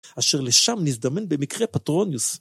אשר לשם נזדמן במקרה פטרוניוס.